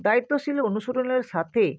দায়িত্বশীল অনুশীলনের সাথে